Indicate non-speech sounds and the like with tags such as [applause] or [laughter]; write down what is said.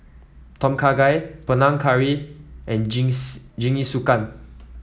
Tom Kha Gai Panang Curry and [unintelligible] Jingisukan